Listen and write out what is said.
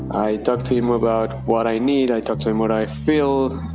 i talk to him about what i need. i talk to him, what i feel,